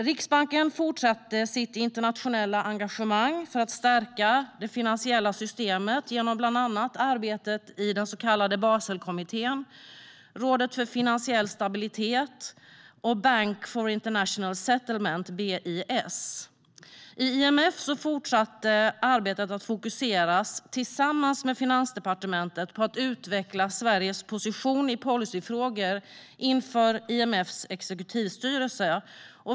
Riksbanken fortsatte sitt internationella engagemang för att stärka det finansiella systemet genom bland annat arbetet i den så kallade Baselkommittén, rådet för finansiell stabilitet, FSB, och Bank for International Settlements, BIS. Arbetet i IMF fortsatte att fokuseras på att tillsammans med Finansdepartementet utveckla Sveriges position i policyfrågor inför IMF:s exekutivstyrelse.